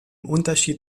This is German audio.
unterschied